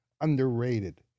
underrated